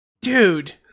Dude